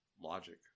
logic